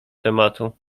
tematu